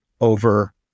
over